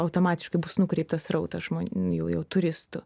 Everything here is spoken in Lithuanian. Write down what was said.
automatiškai bus nukreiptas srautas žmonių jau turistų